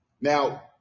Now